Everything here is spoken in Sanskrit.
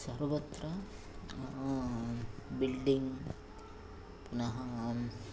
सर्वत्र बिल्डिङ्ग् पुनः